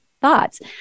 thoughts